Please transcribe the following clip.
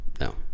No